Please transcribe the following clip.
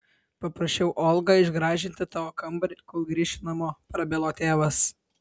paprašiau olgą išgražinti tavo kambarį kol grįši namo prabilo tėvas